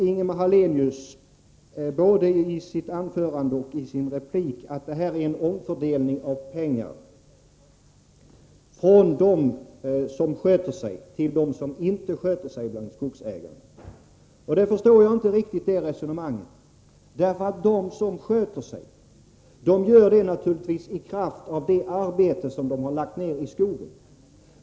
Ingemar Hallenius påstår, både i sitt första anförande och i sin replik, att det handlar om en omfördelning av pengar från de skogsägare som sköter sig till dem som inte sköter sig. Jag förstår inte riktigt det resonemanget. De som sköter sig gör det naturligtvis i kraft av det arbete som de har lagt ned i skogen.